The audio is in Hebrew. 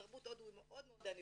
תרבות הודו היא מאוד ענפה.